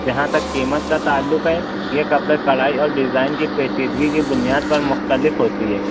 جہاں تک قیمت کا تعلق ہے یہ کپڑے کڑھائی اور ڈیزائن کی پیچیدگی کی بنیاد پر مختلف ہوتی ہے